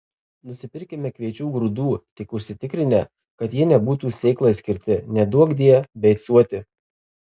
nusipirkime kviečių grūdų tik užsitikrinę kad jie nebūtų sėklai skirti neduokdie beicuoti